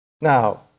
Now